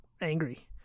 angry